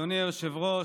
היושב-ראש,